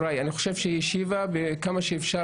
אני חושב שהיא השיבה כמה שאפשר,